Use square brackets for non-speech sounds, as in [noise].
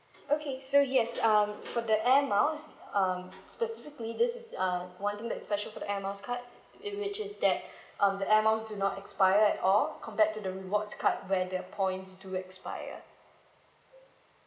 okay so yes um for the air miles um specifically this is uh one thing that's special for the air miles card it which is that [breath] um the air miles do not expire at all compared to the rewards card where the points do expire